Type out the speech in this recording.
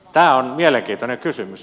tämä on mielenkiintoinen kysymys